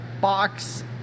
box